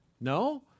No